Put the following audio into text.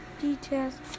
details